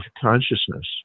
consciousness